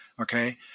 Okay